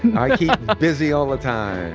i keep busy all the time